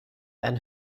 and